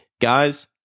Guys